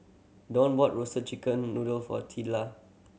Donn bought Roasted Chicken Noodle for